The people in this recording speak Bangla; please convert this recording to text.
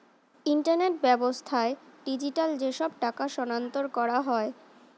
ইন্টারনেট ব্যাবস্থায় ডিজিটালি যেসব টাকা স্থানান্তর করা হয়